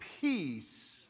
peace